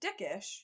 dickish